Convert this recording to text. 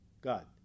God